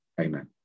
Amen